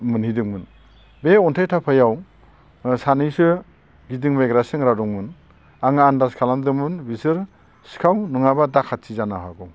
मोनहैदोंमोन बे अन्थाइ थाफायाव सानैसो गिदिं बायग्रा सेंग्रा दंमोन आं आनदास खालामदोंमोन बिसोर सिखाव नङाब्ला दाखाथि जानो हागौ